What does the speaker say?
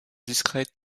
discret